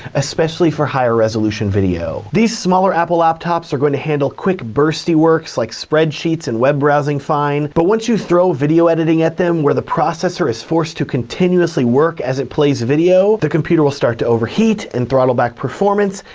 especially for higher resolution video. these smaller apple laptops are going to handle quick bursty works like spreadsheets and web browsing fine, but once you throw video editing at them where the processor is forced to continuously work, as it plays video, the computer will start to overheat and throttle back performance,